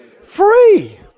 free